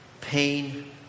pain